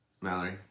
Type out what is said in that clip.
Mallory